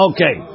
Okay